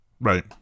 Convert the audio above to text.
Right